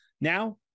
Now